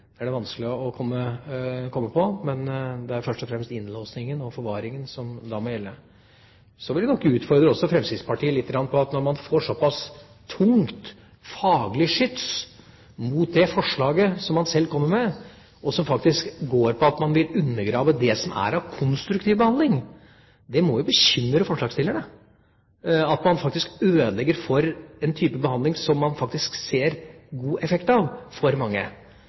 Det er først og fremst innlåsingen og forvaringen som da må gjelde. Så vil jeg nok utfordre Fremskrittspartiet litt, når man får såpass tungt faglig skyts mot det forslaget som man sjøl kommer med, som faktisk går på at man vil undergrave det som er av konstruktiv behandling. Det må jo bekymre forslagsstillerne at man ødelegger for en type behandling som man ser god effekt av for mange.